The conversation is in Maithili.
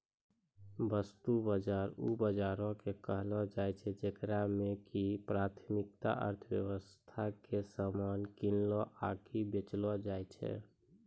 वस्तु बजार उ बजारो के कहै छै जेकरा मे कि प्राथमिक अर्थव्यबस्था के समान किनलो आकि बेचलो जाय छै